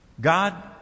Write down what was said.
God